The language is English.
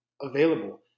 available